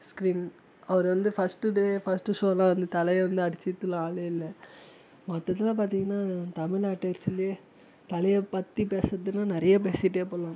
screen அவர் வந்து first day first show எல்லாம் வந்து தலையை வந்து அடிச்சுக்கிறதுக்குலாம் ஆளே இல்லை மொத்தத்தில் பார்த்தீங்கன்னா தமிழ்நாட்டுஸ்லே தலையை பற்றி பேசறதுன்னா நிறையா பேசிகிட்டே போகலாம்